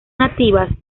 nativas